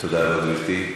תודה רבה, גברתי.